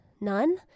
None